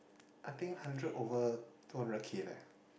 I think hundred over two hundred K leh